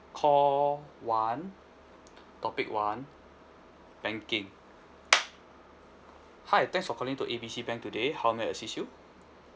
call one topic one banking hi thanks for calling to A B C bank today how may I assist you